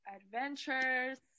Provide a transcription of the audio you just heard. adventures